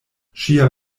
ŝia